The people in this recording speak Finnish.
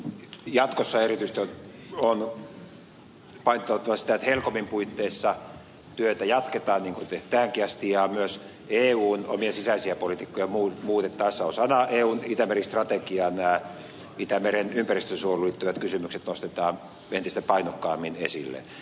jatkossa erityisesti on painotettava sitä että helcomin puitteissa työtä jatketaan niin kuin on tehty tähänkin asti ja myös eun omia sisäisiä politiikkoja muutettaessa osana eun itämeri strategiaa nämä itämeren ympäristönsuojeluun liittyvät kysymykset nostetaan entistä painokkaammin esille